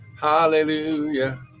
Hallelujah